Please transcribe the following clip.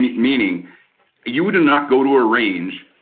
meaning you would not go to a range,